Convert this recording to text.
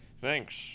Thanks